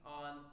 on